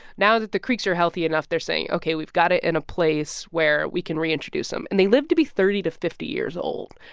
now that the creeks are healthy enough, they're saying, ok, we've got it in a place where we can reintroduce them. and they live to be thirty to fifty years old,